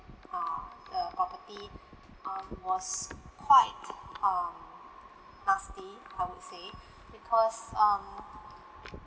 uh the property um was quite um nasty I would say because um